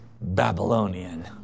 Babylonian